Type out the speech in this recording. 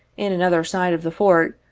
in another side of the fort,